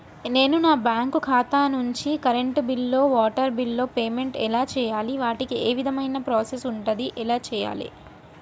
నేను నా బ్యాంకు ఖాతా నుంచి కరెంట్ బిల్లో వాటర్ బిల్లో పేమెంట్ ఎలా చేయాలి? వాటికి ఏ విధమైన ప్రాసెస్ ఉంటది? ఎలా చేయాలే?